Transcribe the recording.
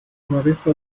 marissa